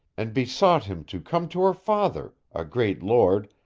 and besought him to come to her father, a great lord,